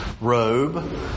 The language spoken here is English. robe